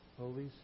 Holy